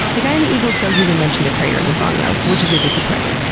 the guy in the eagles doesn't even mention the crater and the song though, which is a disappointment.